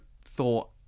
thought